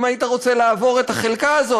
אם היית רוצה לעבור את החלקה הזו,